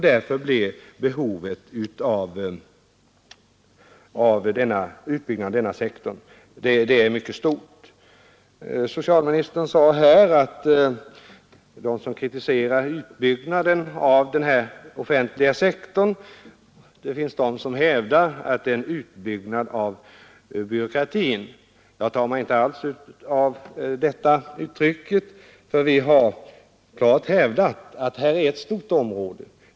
Därför blir behovet av en utbyggnad av denna sektor mycket stort. Socialministern sade här att några av dem som kritiserar utbyggnaden av den offentliga sektorn hävdar att detta också är en utbyggnad av byråkratin. Jag tar inte alls åt mig av detta. Vi har klart hävdat att det här är ett betydelsefullt område.